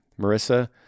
Marissa